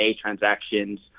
transactions